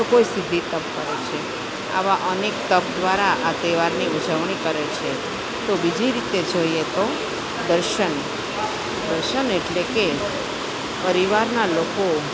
તો કોઈ સીધી તપ કરે છે આવા અનેક તપ દ્વારા આ તહેવારની ઉજવણી કરે છે તો બીજી રીતે જોઈએ તો દર્શન દર્શન એટલે કે પરિવારના લોકો